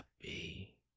happy